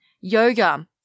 Yoga